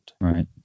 Right